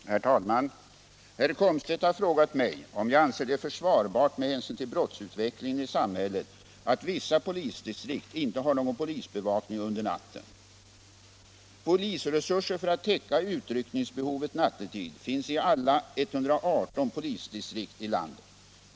325, och anförde: Herr talman! Herr Komstedt har frågat mig om jag anser det försvarbart med hänsyn till brottsutvecklingen i samhället att vissa polisdistrikt inte har någon polisbevakning under natten. Polisresurser för att täcka utryckningsbehovet nattetid finns i alla 118 polisdistrikten i landet.